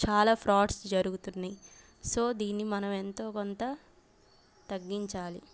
చాలా ఫ్రాడ్స్ జరుగుతున్నయి సో దీన్ని మనం ఎంతో కొంత తగ్గించాలి